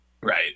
Right